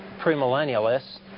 premillennialists